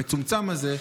המצומצם הזה,